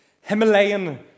Himalayan